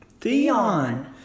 Theon